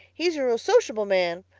he's a real sociable man.